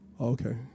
Okay